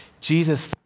Jesus